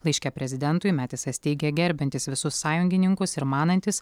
laiške prezidentui metisas teigė gerbiantis visus sąjungininkus ir manantis